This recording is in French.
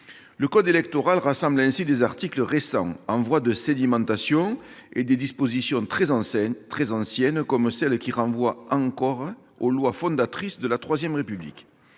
Le code électoral rassemble ainsi des articles récents, en voie de sédimentation, et des dispositions très anciennes, comme celle qui renvoie encore aux lois fondatrices de la III République.